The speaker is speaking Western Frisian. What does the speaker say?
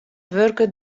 wurket